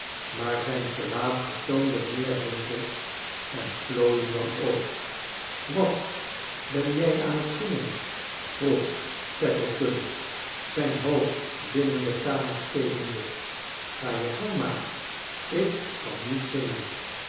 maar zijn gelaat vertoohde meet rimpels en plooien dan ooit wat ben jij aan t zingen vroeg tackleton zijn hoofd binnen de kamer stekende ga je gang maar ik kan niet zingen